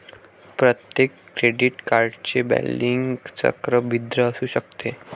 प्रत्येक क्रेडिट कार्डचे बिलिंग चक्र भिन्न असू शकते